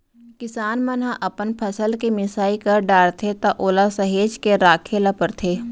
किसान मन ह अपन फसल के मिसाई कर डारथे त ओला सहेज के राखे ल परथे